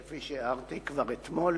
כפי שהערתי, כבר אתמול